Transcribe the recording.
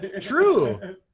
true